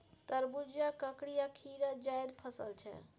तरबुजा, ककरी आ खीरा जाएद फसल छै